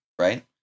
Right